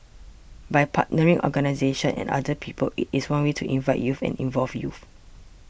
by partnering organisations and other people it is one way to invite youth and involve youth